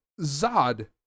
Zod